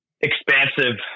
expansive